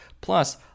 Plus